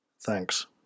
Thanks